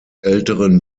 älteren